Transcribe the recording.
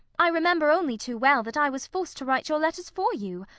i remember only too well that i was forced to write your letters for you.